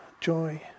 joy